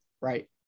right